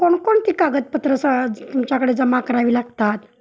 कोणकोणती कागदपत्रं सा तुमच्याकडे जमा करावी लागतात